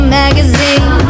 magazine